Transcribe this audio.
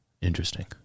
Interesting